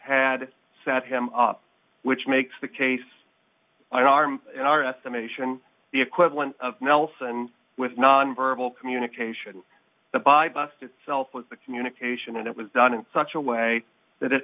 had set him up which makes the case in our estimation the equivalent of nelson with non verbal communication the by bus itself was the communication and it was done in such a way that it